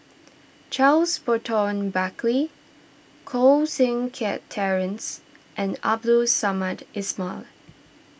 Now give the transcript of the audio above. Charles Burton Buckley Koh Seng Kiat Terence and Abdul Samad Ismail